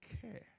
care